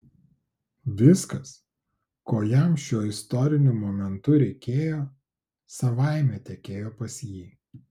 viskas ko jam šiuo istoriniu momentu reikėjo savaime tekėjo pas jį